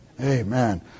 amen